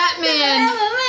Batman